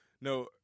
no